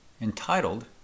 entitled